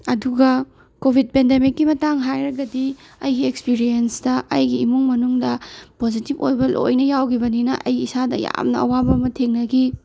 ꯑꯗꯨꯒ ꯀꯣꯚꯤꯠ ꯄꯦꯟꯗꯦꯃꯤꯛꯀꯤ ꯃꯇꯥꯡ ꯍꯥꯏꯔꯒꯗꯤ ꯑꯩꯒꯤ ꯑꯦꯛꯁꯄꯤꯔꯤꯌꯦꯟꯁꯇ ꯑꯩꯒ ꯏꯃꯨꯟ ꯅꯨꯡꯗ ꯄꯣꯁꯤꯇꯤꯞ ꯑꯣꯏꯕ ꯂꯣꯏꯅ ꯌꯥꯎꯒꯤꯕꯅꯤꯅ ꯑꯩ ꯏꯁꯥꯗ ꯌꯥꯝꯅ ꯑꯋꯥꯕ ꯑꯃ ꯊꯦꯡꯅꯒꯤ